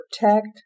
protect